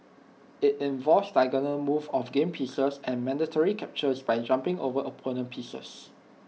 IT involves diagonal moves of game pieces and mandatory captures by jumping over opponent pieces